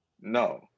no